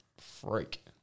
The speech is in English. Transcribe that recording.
freak